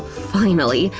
finally!